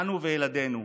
אנו וילדינו,